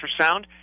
ultrasound